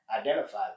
identify